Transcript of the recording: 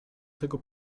tego